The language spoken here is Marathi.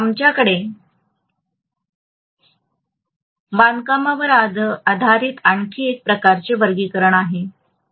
आमच्याकडे बांधकामावर आधारित आणखी एक प्रकारचे वर्गीकरण आहे